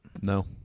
No